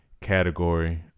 category